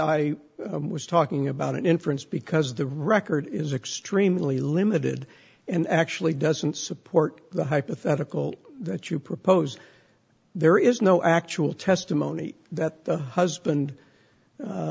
i was talking about an inference because the record is extremely limited and actually doesn't support the hypothetical that you propose there is no actual testimony that the husband